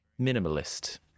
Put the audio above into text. minimalist